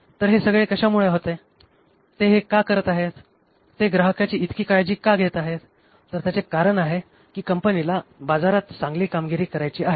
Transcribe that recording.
तर हे कशामुळे होते आहे ते हे का करत आहेत ते ग्राहकाची इतकी काळजी का घेत आहेत तर त्याचे कारण आहे की कंपनीला बाजारात चांगली कामगिरी करायची आहे